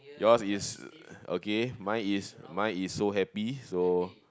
yours is okay mine is mine is so happy so